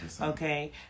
Okay